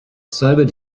sobered